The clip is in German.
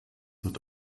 wird